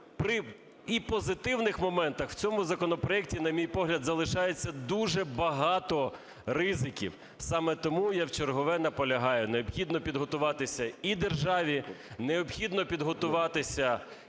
при і позитивних моментах в цьому законопроекті, на мій погляд, залишається дуже багато ризиків. Саме тому я вчергове наполягаю: необхідно підготуватися і державі, необхідно підготуватися